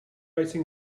racing